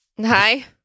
Hi